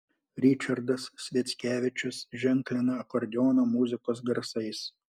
ričardas sviackevičius ženklina akordeono muzikos garsais